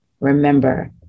Remember